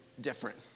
different